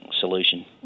solution